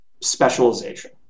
specialization